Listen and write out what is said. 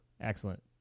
Excellent